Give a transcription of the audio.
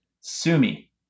Sumi